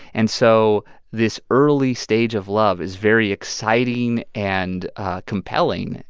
and so this early stage of love is very exciting and compelling.